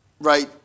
right